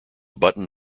button